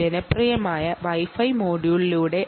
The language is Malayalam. ജനപ്രിയമായ വൈ ഫൈ മൊഡ്യൂളായ ESP8266യെ ഉപയോഗിച്ചു